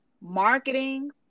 marketing